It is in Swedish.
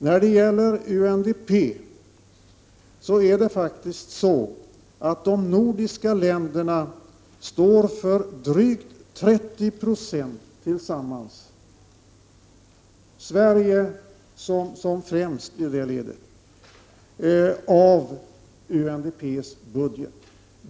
När det gäller UNDP är det faktiskt så, att de nordiska länderna tillsammans — med Sverige främst i det ledet — står för drygt 30 26 av UNDP:s budget.